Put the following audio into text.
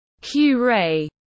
Q-ray